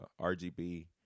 RGB